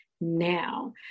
Now